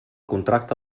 contracte